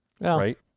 right